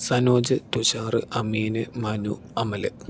Sanoj Thushar Ameen Manu Amal